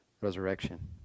resurrection